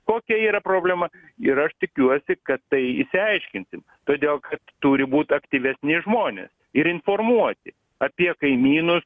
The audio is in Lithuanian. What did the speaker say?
kokia yra problema ir aš tikiuosi kad tai išsiaiškinsim todėl kad turi būt aktyvesni žmonės ir informuoti apie kaimynus